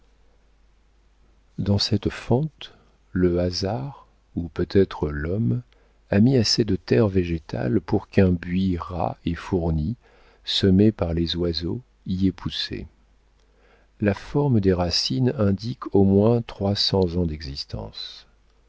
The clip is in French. dans cette fente le hasard ou peut-être l'homme a mis assez de terre végétale pour qu'un buis ras et fourni semé par les oiseaux y ait poussé la forme des racines indique au moins trois cents ans d'existence